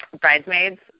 Bridesmaids